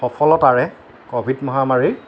সফলতাৰে কভিড মহামাৰী